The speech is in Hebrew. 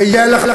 ויהיה לך,